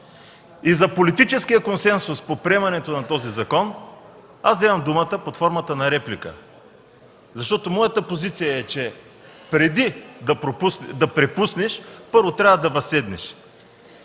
и политически консенсус по приемането на този закон, вземам думата под формата на реплика. Моята позиция е, че преди да препуснеш, първо трябва да възседнеш.